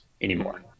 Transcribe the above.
anymore